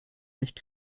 nicht